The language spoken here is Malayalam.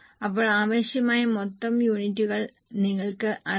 അപ്പോൾ ആവശ്യമായ മൊത്തം യൂണിറ്റുകൾ നിങ്ങൾക്ക് അറിയാം